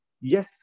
yes